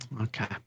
Okay